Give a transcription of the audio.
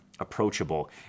approachable